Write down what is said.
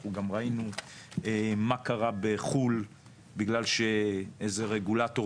אנחנו גם ראינו מה קרה בחו"ל בגלל שאיזה רגולטור